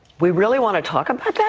we really want to talk but